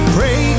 Pray